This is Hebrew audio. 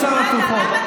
בשביל סל התרופות,